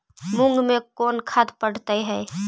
मुंग मे कोन खाद पड़तै है?